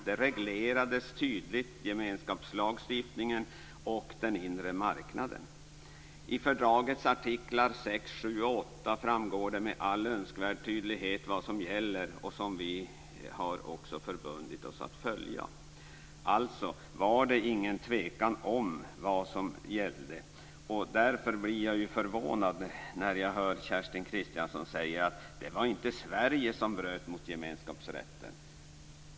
Det reglerades tydligt i gemenskapslagstiftningen och den inre marknaden. I fördragets artiklar 6, 7 och 8 framgår det med all önskvärd tydlighet vad som gäller - och vad vi också har förbundit oss att följa. Alltså var det ingen tvekan om vad som gällde. Därför blir jag förvånad när jag hör Kerstin Kristiansson säga att det inte var Sverige som bröt mot gemenskapsrätten.